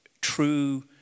true